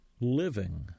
living